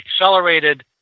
accelerated